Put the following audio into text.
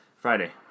Friday